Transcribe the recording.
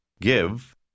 Give